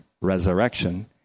resurrection